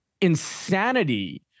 insanity